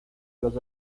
los